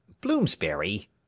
Bloomsbury